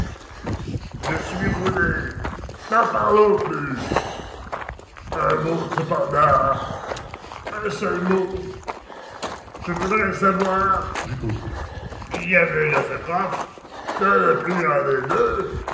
je suis roulé n'en parlons plus un mot cependant un seul mot je voudrais savoir j'écoute il y avait dans ce coffre dans le plus grand des deux